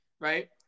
Right